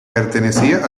pertenecía